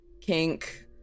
kink-